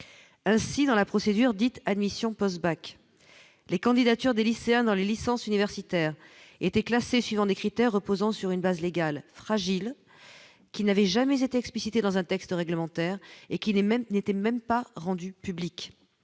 ainsi dans la procédure, dite Admission post-bac, les candidatures des lycéens dans les licences universitaires étaient classés suivant des critères reposant sur une base légale fragile qui n'avait jamais été explicité dans un texte réglementaire et qui n'est même n'était même pas rendu public,